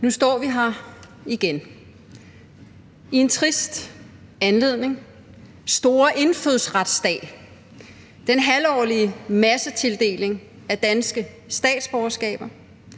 Nu står vi her igen i en trist anledning: store indfødsretsdag, den halvårlige massetildeling af danske statsborgerskaber.